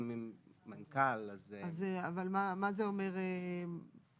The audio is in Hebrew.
ומתקדמים את הצעדים האלה קדימה ועושים כאן איזושהי